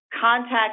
contact